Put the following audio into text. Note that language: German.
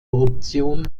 option